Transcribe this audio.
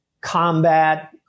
combat